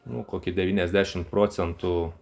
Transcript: nu kokį devyniasdešimt procentų